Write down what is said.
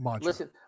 Listen